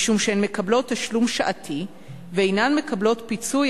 משום שהן מקבלות תשלום שעתי ואינן מקבלות פיצוי